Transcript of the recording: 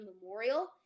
Memorial